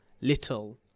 little